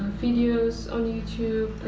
videos on youtube,